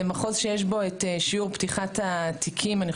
זה מחוז שיש בו את שיעור פתיחת התיקים אולי